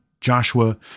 Joshua